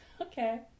Okay